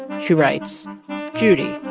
she writes judy